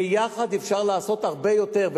ויחד אפשר לעשות הרבה יותר,